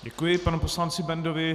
Děkuji panu poslanci Bendovi.